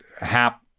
Hap